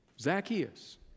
Zacchaeus